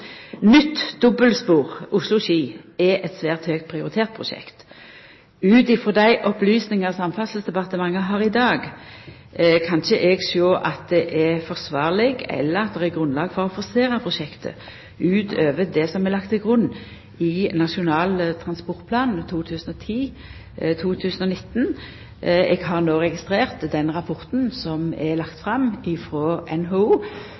Nytt dobbeltspor Oslo–Ski er eit svært høgt prioritert prosjekt. Ut frå dei opplysningane Samferdselsdepartementet har i dag, kan eg ikkje sjå at det er forsvarleg eller at det er grunnlag for å forsera prosjektet utover det som er lagt til grunn i Nasjonal transportplan 2010–2019. Eg har no registrert rapporten som er lagd fram av NHO.